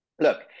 Look